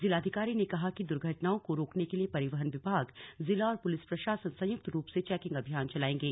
जिलाधिकारी ने कहा कि दूर्घटनाओं को रोकने के लिए परिवहन विभाग जिला और पुलिस प्रशासन संयुक्त रूप से चेकिंग अभियान चलाएंगे